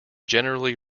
generally